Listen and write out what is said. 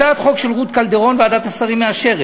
הצעת חוק של רות קלדרון, ועדת השרים מאשרת,